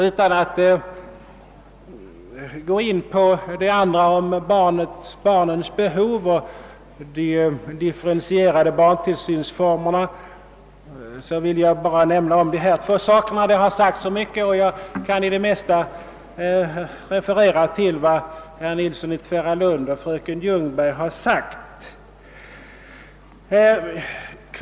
Jag går inte in på barnens behov och de differentierade barntillsynsformerna; mycket har redan sagts därom, och jag kan i det mesta hänvisa till vad herr Nilsson i Tvärålund och fröken Ljungberg anfört.